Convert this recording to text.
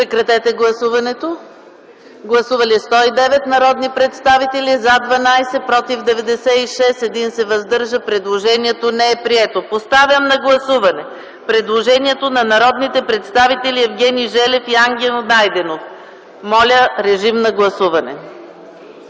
Режим на гласуване! Гласували 109 народни представители: за 12, против 96, въздържал се 1. Предложението не е прието. Поставям на гласуване предложението на народните представители Евгений Желев и Ангел Найденов. Гласували